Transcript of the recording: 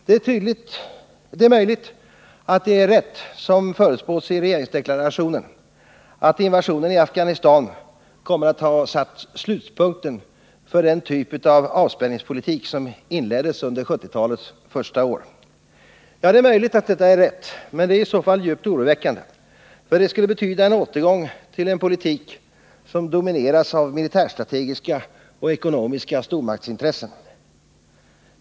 Det är möjligt att det är rätt, som det förutspås i regeringsdeklarationen, att invasionen i Afghanistan kommer att ha satt slutpunkten för den typ av avspänningspolitik som inleddes under 1970-talets första år. Det är möjligt att detta är rätt. Men det är i så fall djupt oroväckande. Det skulle betyda en återgång till en politik som domineras av militärstrategiska och ekonomiska stormaktsintressen.